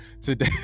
Today